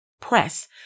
press